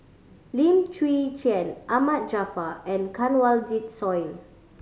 Lim Chwee Chian Ahmad Jaafar and Kanwaljit Soin